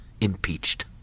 impeached